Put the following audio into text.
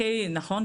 נכון,